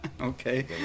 Okay